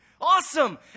Awesome